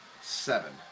Seven